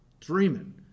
dreaming